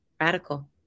Radical